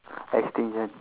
extinction